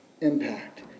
impact